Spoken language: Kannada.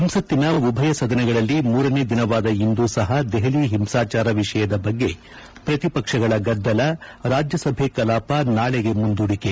ಸಂಸತ್ತಿನ ಉಭಯ ಸದನಗಳಲ್ಲಿ ಮೂರನೇ ದಿನವಾದ ಇಂದೂ ಸಹ ದೆಹಲಿ ಹಿಂಸಾಚಾರ ವಿಷಯದ ಬಗ್ಗೆ ಪ್ರತಿಪಕ್ಷಗಳ ಗದ್ದಲ ರಾಜ್ಯಸಭೆ ಕಲಾಪ ನಾಳೆಗೆ ಮುಂದೂಡಿಕೆ